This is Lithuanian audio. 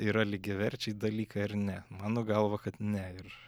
yra lygiaverčiai dalykai ar ne mano galva kad ne ir